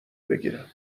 بگیرم